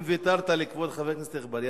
אם ויתרת לכבוד חבר הכנסת אגבאריה,